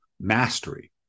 mastery